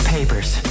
Papers